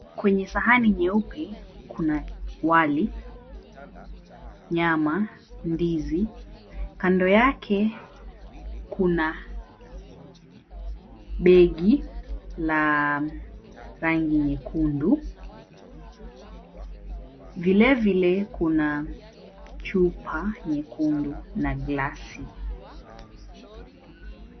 Kwenye sahani nyeupe kuna wali, nyama, ndizi. Kando yake kuna begi la rangi nyekundu. Vilevile kuna chupa nyekundu na glasi.